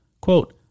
Quote